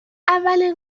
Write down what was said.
اولین